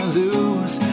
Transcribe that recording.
lose